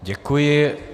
Děkuji.